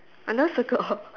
I never circle all